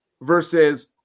versus